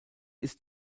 ist